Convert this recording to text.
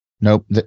nope